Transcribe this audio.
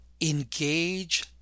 engage